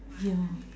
yeah